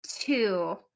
two